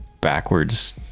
backwards